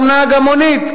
גם נהג המונית,